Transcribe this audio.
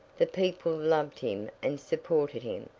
the people loved him and supported him,